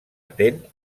atent